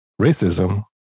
racism